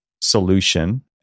solution